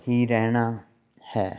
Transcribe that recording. ਹੀ ਰਹਿਣਾ ਹੈ